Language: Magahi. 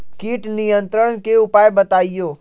किट नियंत्रण के उपाय बतइयो?